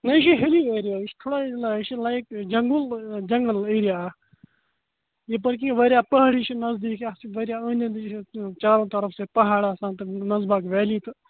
نہ یہِ چھُ ہیلی ایریا یہ چھُ لایک جَنگُل جَنگل ایریا اکھ یَپٲرۍ کِنۍ واریاہ پہٲڑی چھِ نَزدیٖک اتھ چھِ واریاہ أندۍ أندۍ یہِ چھُ چارو طرف سے پہاڑ آسان تہٕ منزباگ ویلی